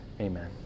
Amen